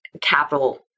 capital